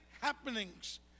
happenings